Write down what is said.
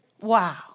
Wow